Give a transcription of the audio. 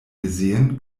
gesehen